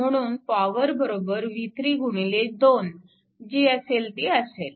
म्हणून power v3 2 जी असेल ती असेल